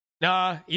Nah